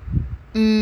um